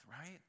right